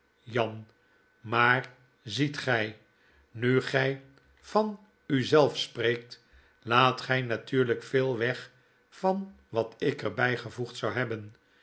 jan maar zfet ge nu gij van u zelf spreekt laat e natuurly k veel weg van wat ik er bijgevoegd zou hebben